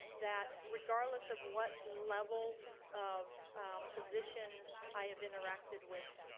that regardless of what level of position i have interacted with,